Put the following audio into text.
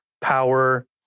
power